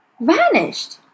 Vanished